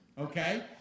okay